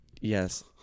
Yes